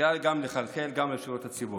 מתחילה לחלחל גם לשירות הציבורי.